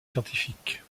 scientifique